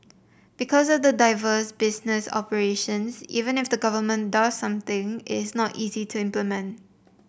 because of diversified business operations even if the government does something it's not easy to implement